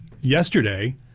yesterday